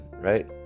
right